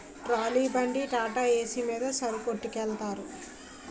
trolley బండి టాటాఏసి మీద సరుకొట్టికెలతారు